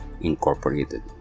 Incorporated